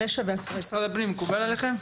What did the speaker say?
משרד הפנים, האם זה מקובל עליכם?